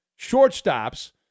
shortstops